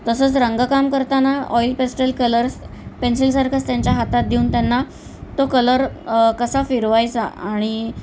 तसंच रंगकाम करताना ऑईल पेस्टल कलर्स पेन्सिलसारखंच त्यांच्या हातात देऊन त्यांना तो कलर कसा फिरवायचा आणि